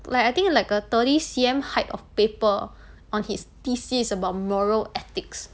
like I think like a thirty C_M height of paper on his thesis about moral ethics